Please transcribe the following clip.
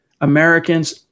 Americans